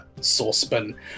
saucepan